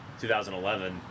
2011